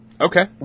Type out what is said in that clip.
Okay